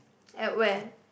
at where